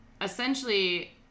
Essentially